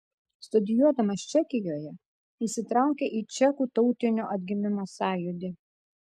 studijuodamas čekijoje įsitraukė į čekų tautinio atgimimo sąjūdį